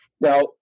Now